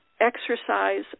exercise